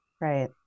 right